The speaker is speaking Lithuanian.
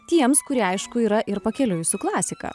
tiems kurie aišku yra ir pakeliui su klasika